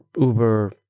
Uber